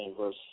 verse